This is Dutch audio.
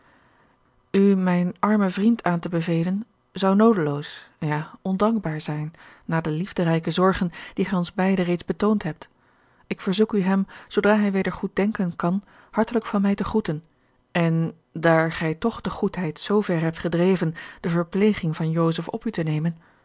mijn armen vriend aan te bevelen zou noodeloos ja ondankbaar zijn na de liefderijke zorgen die gij ons beiden reeds betoond hebt ik verzoek u hem zoodra hij weder goed denken kan hartelijk van mij te groeten en daar gij toch de goedheid zoo ver hebt gedreven de verpleging van joseph op u te nemen